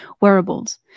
wearables